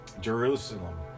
Jerusalem